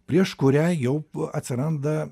prieš kurią jau atsiranda